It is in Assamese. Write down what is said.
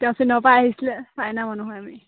তেওঁ চীনৰ পৰা আহিছিলে চাইনা মানুহ হয় আমি